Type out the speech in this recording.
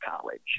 college